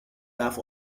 laugh